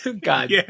God